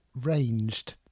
ranged